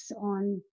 on